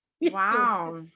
Wow